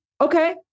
Okay